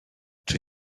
czy